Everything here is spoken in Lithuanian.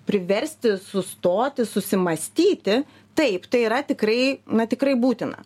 priversti sustoti susimąstyti taip tai yra tikrai na tikrai būtina